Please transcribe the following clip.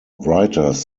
writers